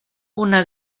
una